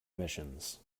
emissions